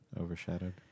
overshadowed